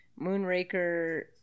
Moonraker